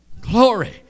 Glory